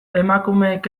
emakumeek